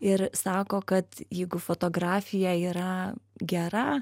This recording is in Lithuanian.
ir sako kad jeigu fotografija yra gera